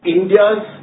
India's